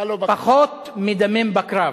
פחות מדמם בקרב.